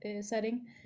setting